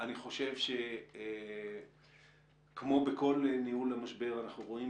אני חושב שכמו בכל ניהול המשבר אנחנו רואים